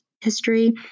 history